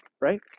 right